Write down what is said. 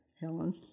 Helen